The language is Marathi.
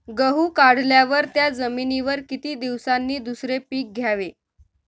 गहू काढल्यावर त्या जमिनीवर किती दिवसांनी दुसरे पीक घ्यावे?